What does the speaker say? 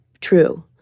true